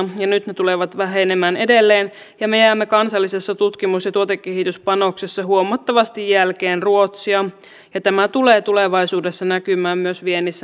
nyt ne tulevat vähenemään edelleen ja me jäämme kansallisissa tutkimus ja tuotekehityspanoksissa huomattavasti jälkeen ruotsia ja tämä tulee tulevaisuudessa näkymään myös viennissä negatiivisesti